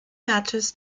matches